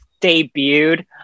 debuted